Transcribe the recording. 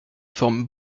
forme